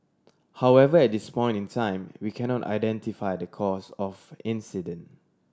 however at this point in time we cannot identify the cause of incident